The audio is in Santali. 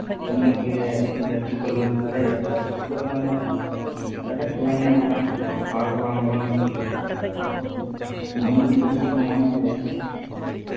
ᱩᱱᱟᱹᱜ ᱜᱮ ᱡᱟ ᱛᱨᱤ ᱠᱚ ᱞᱳᱰ ᱵᱷᱟᱜᱤᱭᱟ ᱢᱟᱱᱮ ᱥᱟᱦᱮᱫ ᱠᱚ ᱵᱟᱝ ᱧᱟᱢᱚᱜᱼᱟ ᱦᱟᱣᱟ ᱠᱚ ᱵᱟᱝ ᱵᱚᱞᱚᱱᱟ ᱩᱱᱟᱹᱜ ᱵᱷᱤᱲ ᱠᱚᱦᱚᱸ ᱵᱟᱝ ᱵᱷᱟᱞᱮᱭᱟ